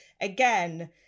again